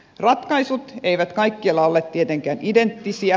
ratkaisut eivät kaikkialla ole tietenkään identtisiä